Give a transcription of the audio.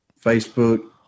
facebook